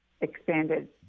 expanded